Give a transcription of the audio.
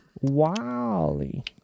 Wally